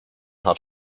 hat